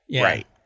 Right